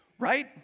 right